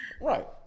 Right